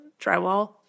drywall